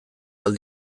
ahal